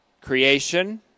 Creation